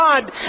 God